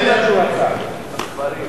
ההיפך ממה שרציתי להצביע.